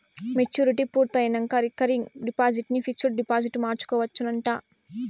maturity పూర్తయినంక recurring deposit ని fixed డిపాజిట్గ మార్చుకోవచ్చునంట